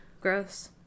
Gross